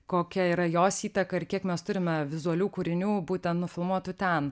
kokia yra jos įtaka ir kiek mes turime vizualių kūrinių būtent nufilmuotų ten